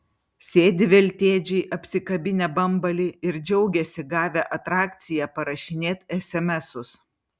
sėdi veltėdžiai apsikabinę bambalį ir džiaugiasi gavę atrakciją parašinėt esemesus